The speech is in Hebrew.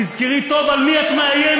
תזכרי טוב על מי את מאיימת,